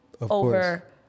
over